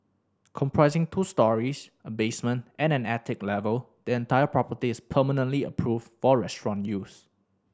comprising two storeys a basement and an attic level the entire property is permanently approved for restaurant use